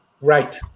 Right